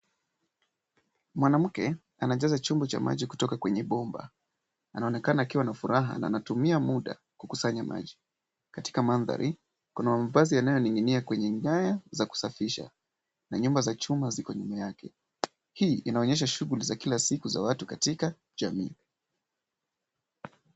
Mwanamke anajaza chombo cha maji kutoka kwenye bomba. Anaonekana akiwa na furaha na anatumia muda kukusanya maji. Katika mandhari kuna mavazi yanayoning'inia kwenye nyaya za kusafisha na nyumba za chuma ziko nyuma yake. Hii inaonyesha shughuli za kila siku za watu katika jamii.